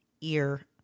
ear